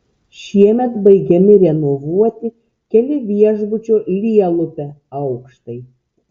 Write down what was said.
šiemet baigiami renovuoti keli viešbučio lielupe aukštai